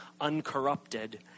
uncorrupted